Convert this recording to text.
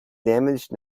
damaged